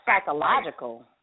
psychological